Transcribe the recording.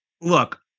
look